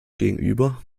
gegenüber